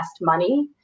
money